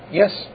yes